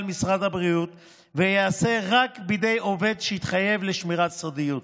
משרד הבריאות וייעשה רק בידי עובד שהתחייב לשמירת סודיות.